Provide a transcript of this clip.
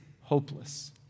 hopeless